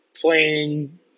playing